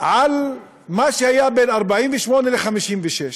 על מה שהיה בין 1948 ל-1956,